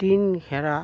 ᱴᱤᱱ ᱜᱷᱮᱨᱟ